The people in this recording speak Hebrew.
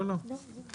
לא, לא.